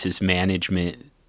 management